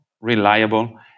reliable